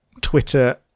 Twitter